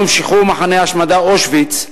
יום שחרור מחנה ההשמדה אושוויץ,